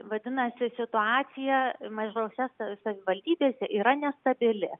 vadinasi situacija mažose savivaldybėse yra nestabili